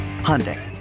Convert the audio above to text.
Hyundai